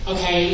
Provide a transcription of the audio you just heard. Okay